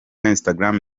instagram